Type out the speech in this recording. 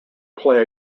play